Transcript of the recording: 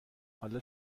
حالا